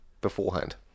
beforehand